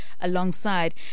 alongside